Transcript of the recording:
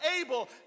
able